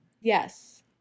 Yes